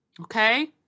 Okay